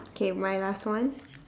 K my last one